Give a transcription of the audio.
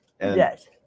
Yes